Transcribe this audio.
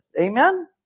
Amen